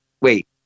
wait